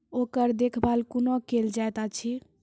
ओकर देखभाल कुना केल जायत अछि?